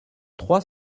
trois